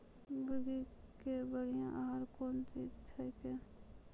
मुर्गी के बढ़िया आहार कौन चीज छै के?